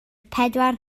pedwar